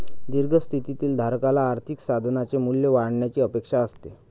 दीर्घ स्थितीतील धारकाला आर्थिक साधनाचे मूल्य वाढण्याची अपेक्षा असते